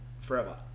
forever